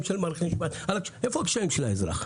של מערכת המשפט איפה הקשיים של האזרח?